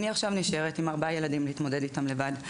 אני עכשיו נשארת עם 4 ילדים להתמודד איתם לבד.